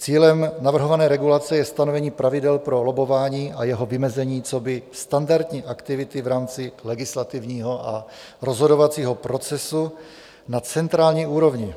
Cílem navrhované regulace je stanovení pravidel pro lobbování a jeho vymezení coby standardní aktivity v rámci legislativního a rozhodovacího procesu na centrální úrovni.